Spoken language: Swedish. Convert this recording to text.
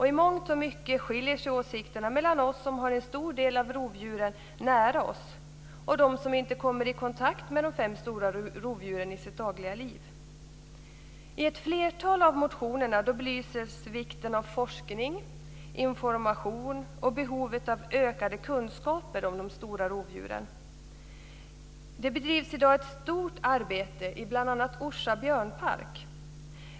I mångt och mycket skiljer sig åsikterna mellan oss som har en stor del av rovdjuren nära oss och de som inte kommer i kontakt med de fem stora rovdjuren i sitt dagliga liv. I ett flertal av motionerna belyses vikten av forskning och information och behovet av ökade kunskaper om de stora rovdjuren. Det bedrivs i dag ett stort arbete i bl.a. Orsa björnpark.